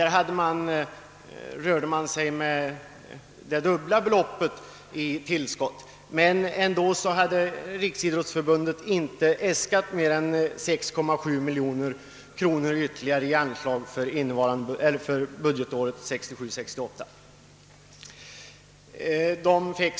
Man talade om det dubbla beloppet, men Riksidrottsförbundet äskade trots detta inte mera än ytterligare 6,7 miljoner kronor för budgetåret 1967/68.